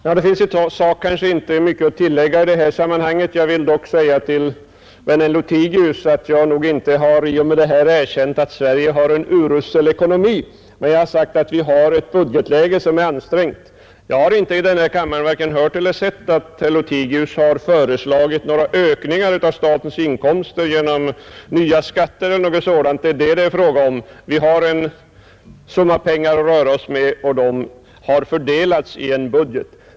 Herr talman! Det finns i sak inte mycket att tillägga i detta sammanhang. Jag vill dock säga till vännen Lothigius att jag inte i och med detta har erkänt att Sverige har en urusel ekonomi, utan jag har sagt att vi har ett budgetläge som är ansträngt. Jag har i denna kammare varken hört eller sett att herr Lothigius har föreslagit några ökningar av statens inkomster genom nya skatter eller något sådant, vilket det är fråga om. Vi har en summa pengar att röra oss med, och de pengarna har fördelats i en budget.